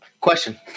Question